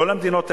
כל המדינות האלה,